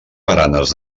baranes